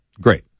Great